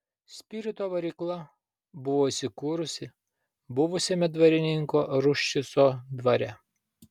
spirito varykla buvo įsikūrusi buvusiame dvarininko ruščico dvare